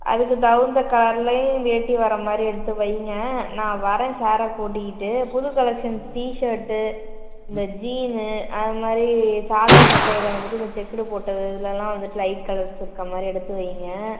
அதுக்கு தகுந்த கலர்லேயே வேட்டி வர மாதிரி எடுத்து வைங்கள் நான் வரேன் சாரை கூட்டிக்கிட்டு புது கலெக்ஷன்ஸ் டீஷர்ட்டு இந்த ஜீனு அது மாதிரி சாதா சட்டையில் வந்துகிட்டு இந்த செக்குடு போட்டது இதலலாம் வந்துகிட்டு லைட் கலர்ஸ் இருக்க மாதிரி எடுத்து வைங்கள்